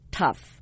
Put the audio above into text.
tough